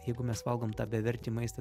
jeigu mes valgom tą bevertį maistą